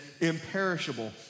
imperishable